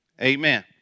Amen